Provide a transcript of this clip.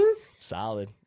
Solid